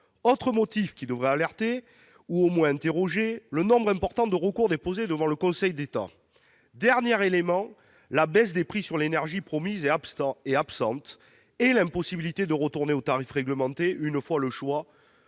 autre motif qui devrait alerter ou du moins conduire à s'interroger est le nombre important de recours déposés devant le Conseil d'État. Dernier élément, la baisse des prix de l'énergie promise est absente, et l'impossible retour aux tarifs réglementés une fois le choix